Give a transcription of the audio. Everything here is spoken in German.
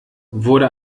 wurde